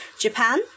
japan